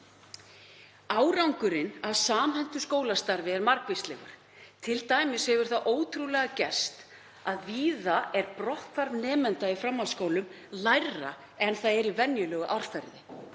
Árangurinn af samhentu skólastarfi er margvíslegur. Til dæmis hefur það ótrúlega gerst að víða er brotthvarf nemenda í framhaldsskólum lægra en það er í venjulegu árferði.